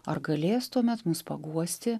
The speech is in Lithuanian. ar galės tuomet mus paguosti